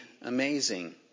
amazing